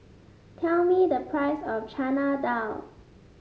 tell me the price of Chana Dal